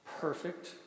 perfect